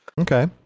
Okay